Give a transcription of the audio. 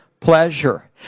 pleasure